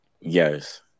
Yes